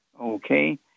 Okay